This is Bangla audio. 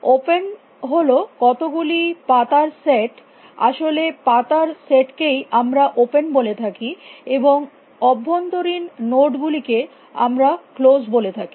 ওপেন হল কত গুলি পাতার সেট আসলে পাতার সেটকেই আমরা ওপেন বলে থাকি এবং অভ্যন্তরীণ নোড গুলিকে আমরা ক্লোস বলে থাকি